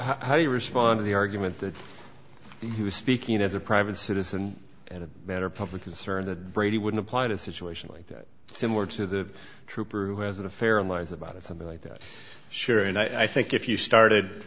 how do you respond to the argument that he was speaking as a private citizen and a better public concern the brady would apply to a situation like that similar to the trooper who has an affair and learns about it something like that sure and i think if you started